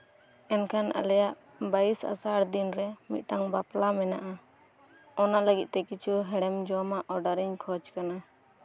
ᱢᱮᱱᱠᱷᱟᱱ ᱟᱞᱮᱭᱟᱜ ᱵᱟᱭᱤᱥ ᱟᱥᱟᱲ ᱫᱤᱱᱨᱮ ᱵᱟᱯᱞᱟ ᱢᱮᱱᱟᱜᱼᱟ ᱚᱱᱟ ᱞᱟᱹᱜᱤᱫᱛᱮ ᱠᱤᱪᱷᱩ ᱦᱮᱲᱮᱢ ᱡᱚᱢᱟᱜ ᱚᱰᱟᱨ ᱤᱧ ᱠᱷᱚᱡ ᱠᱟᱱᱟ